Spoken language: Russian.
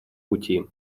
пути